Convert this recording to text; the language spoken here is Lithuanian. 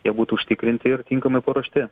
jie būtų užtikrinti ir tinkamai paruošti